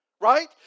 right